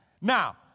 Now